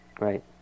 Right